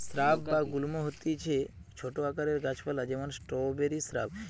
shrub বা গুল্ম হতিছে ছোট আকারের গাছ পালা যেমন স্ট্রওবেরি শ্রাব